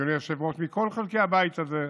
אדוני היושב-ראש, מכל חלקי הבית הזה,